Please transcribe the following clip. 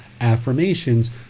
affirmations